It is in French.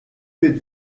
faites